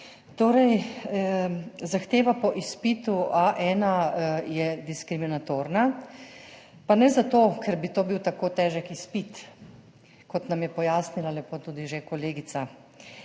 Torej, zahteva po izpitu A1 je diskriminatorna, pa ne zato, ker bi to bil tako težek izpit, kot nam je pojasnila lepo tudi že kolegica,